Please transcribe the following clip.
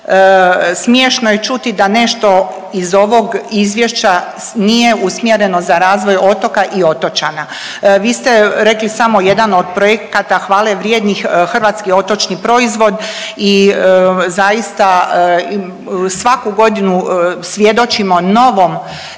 Smiješno je čuti da nešto iz ovog izvješća nije usmjereno za razvoj otoka i otočana. Vi ste rekli samo jedan od projekata hvalevrijednih Hrvatski otočni proizvod i zaista svaku godinu svjedočimo novom